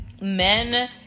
men